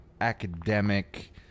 academic